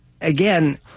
Again